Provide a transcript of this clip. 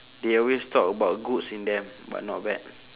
they always talk about goods in them but not bad